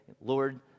Lord